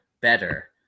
better